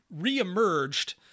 reemerged